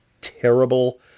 terrible